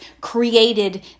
created